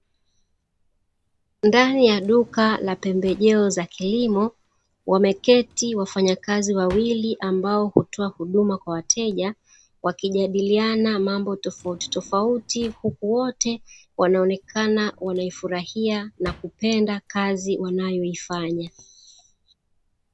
Ndani ya duka la pembejeo za kilimo, wameketi wafanyakazi wawili ambao hutoa huduma kwa wateja, wakijadiliana mambo tofautitofauti huku wote wanaonekana wanaifurahia na kupenda kazi wanayoifanya.